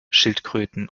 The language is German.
schildkröten